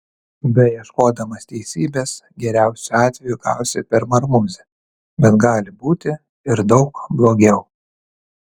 beieškodamas teisybės geriausiu atveju gausi per marmuzę bet gali būti ir daug blogiau